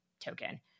Token